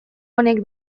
honek